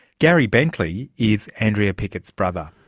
gary bentley is andrea pickett's brother.